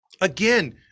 again